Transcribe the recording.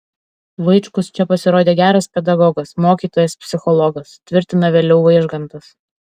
vaičkus čia pasirodė geras pedagogas mokytojas psichologas tvirtina vėliau vaižgantas